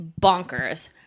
bonkers